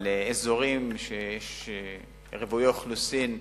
אזורים רוויי אוכלוסין,